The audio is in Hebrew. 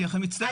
אני מצטער,